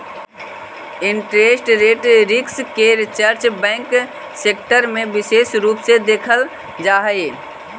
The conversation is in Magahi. इंटरेस्ट रेट रिस्क के चर्चा बैंक सेक्टर में विशेष रूप से देखल जा हई